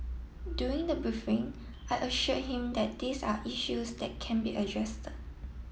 during the briefing I assured him that these are issues that can be